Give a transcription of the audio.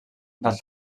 del